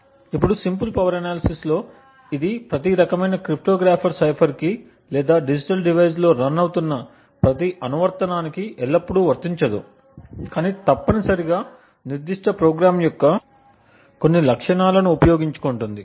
ఇప్పుడు simple power analysis లో ఇది ప్రతి రకమైన క్రిప్టోగ్రాఫిక్ సైఫర్ కి లేదా డిజిటల్ డివైస్ లో రన్ అవుతున్న ప్రతి అనువర్తనానికి ఎల్లప్పుడూ వర్తించదు కాని తప్పనిసరిగా నిర్దిష్ట ప్రోగ్రామ్ యొక్క కొన్ని లక్షణాలను ఉపయోగించుకుంటుంది